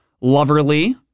Loverly